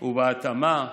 בהתאמה,